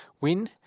win